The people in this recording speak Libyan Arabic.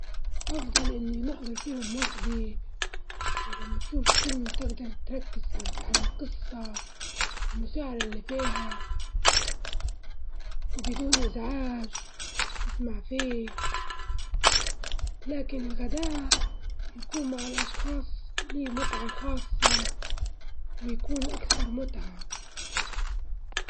أفضل هدايا، لإن الهدايا تحمل مشاعر واهتمام وتحس إن الشخص يقدر فيك يهديك شئ يعبر عن ذوقك، هيك والهدية حتى لو كانت صغيرة بس هي في عينك وجدرها كبير لكن الفلوس ممكن تعدي حاجات عادية.